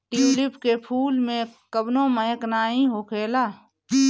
tulip के फूल में कवनो महक नाइ होखेला